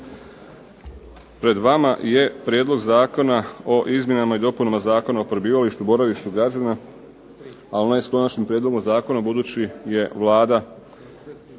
pred vama je Prijedlog zakona o izmjenama i dopunama Zakona o prebivalištu, boravištu građana ali ne sa konačnim prijedlogom zakona budući je Vlada